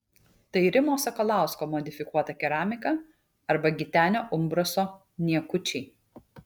tai rimo sakalausko modifikuota keramika arba gitenio umbraso niekučiai